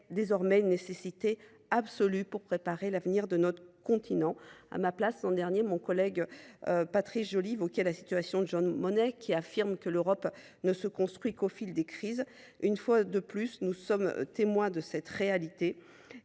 désormais une nécessité absolue pour préparer l’avenir de notre continent. À ma place l’an dernier, mon collègue Patrice Joly évoquait la citation de Jean Monnet, affirmant que l’Europe se construirait au fil des crises. Une fois de plus, nous sommes témoins de cette réalité